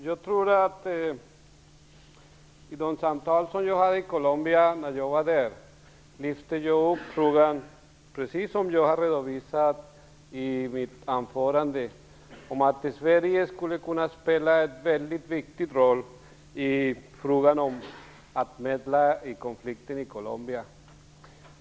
Herr talman! Vid de samtal som jag förde i Colombia lyfte jag upp frågan precis på det sätt som jag har redovisat i mitt anförande, nämligen så att Sverige skulle kunna spela en mycket viktig roll vid en medling i konflikten i Colombia.